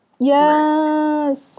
Yes